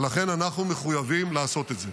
ולכן אנחנו מחויבים לעשות את זה.